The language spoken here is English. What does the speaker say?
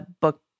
book